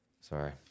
sorry